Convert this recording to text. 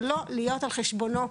ולא להיות על חשבונו.